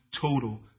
total